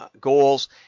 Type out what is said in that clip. goals